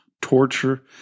torture